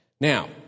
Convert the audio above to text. Now